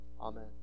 Amen